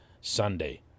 Sunday